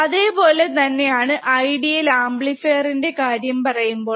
അതേപോലെ തന്നെയാണ് ഐഡിയിൽ ആംപ്ലിഫയറിന്റെ കാര്യം പറയുമ്പോൾ